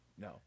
No